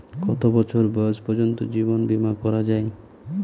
কত বছর বয়স পর্জন্ত জীবন বিমা করা য়ায়?